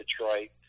Detroit